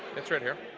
it's right here.